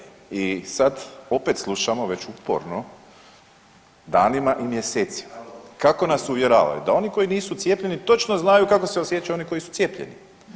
I sad opet slušamo već uporno danima i mjesecima kako nas uvjeravaju da oni koji nisu cijepljeni točno znaju kako se osjećaju oni koji su cijepljeni.